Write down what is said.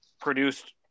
produced